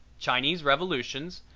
chinese revolutions,